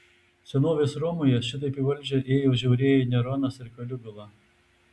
senovės romoje šitaip į valdžią ėjo žiaurieji neronas ir kaligula